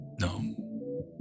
no